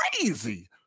crazy